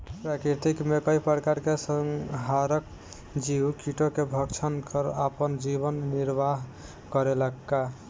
प्रकृति मे कई प्रकार के संहारक जीव कीटो के भक्षन कर आपन जीवन निरवाह करेला का?